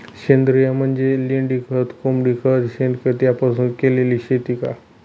सेंद्रिय म्हणजे लेंडीखत, कोंबडीखत, शेणखत यापासून केलेली शेती का?